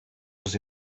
was